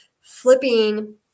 flipping